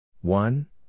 one